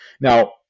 Now